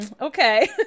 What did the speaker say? okay